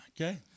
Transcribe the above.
Okay